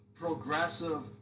progressive